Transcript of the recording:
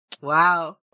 wow